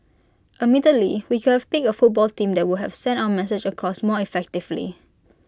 admittedly we could have picked A football team that would have sent our message across more effectively